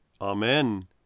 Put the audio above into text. Amen